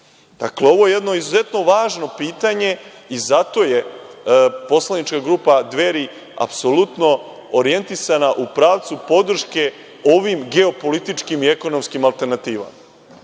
ovo je jedno izuzetno važno pitanje i zato je poslanička grupa Dveri apsolutno orijentisana u pravcu podrške ovim geopolitičkim i ekonomskim alternativama.